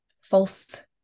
false